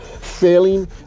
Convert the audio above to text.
failing